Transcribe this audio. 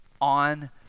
on